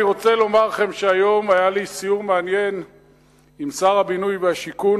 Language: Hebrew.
אני רוצה לומר לכם שהיום היה לי סיור מעניין עם שר הבינוי והשיכון,